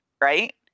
Right